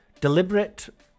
deliberate